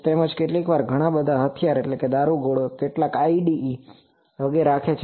તેમજ કેટલીક વાર ઘણા બધા હથિયાર દારૂગોળો કેટલાક IDE વગેરે રાખે છે